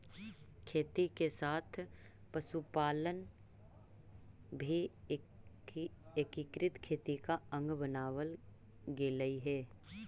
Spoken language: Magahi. खेती के साथ साथ पशुपालन भी एकीकृत खेती का अंग बनवाल गेलइ हे